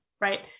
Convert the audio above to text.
right